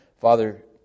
Father